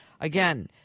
Again